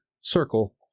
circle